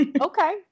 Okay